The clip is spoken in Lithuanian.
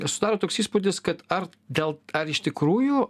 susidaro toks įspūdis kad ar dėl ar iš tikrųjų